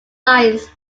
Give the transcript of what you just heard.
lines